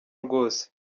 rwose